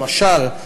למשל,